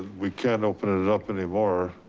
ah we can't open it up anymore.